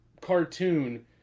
cartoon